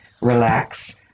relax